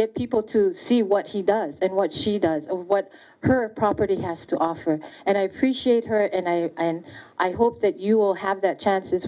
get people to see what she does and what she does what her property has to offer and i appreciate her and i and i hope that you will have that chance is